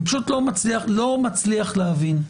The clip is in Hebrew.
אני לא מצליח להבין,